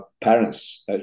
parents